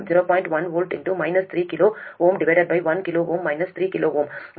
1 V 3 kΩ 1 kΩ 3 kΩ இது உங்களுக்கு 0